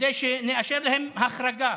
כדי שנאשר להם החרגה